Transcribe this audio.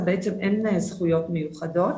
אז בעצם אין זכויות מיוחדות.